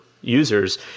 users